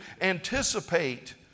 anticipate